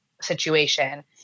situation